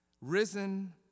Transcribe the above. risen